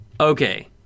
Okay